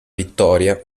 vittoria